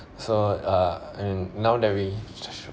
so uh mm now that we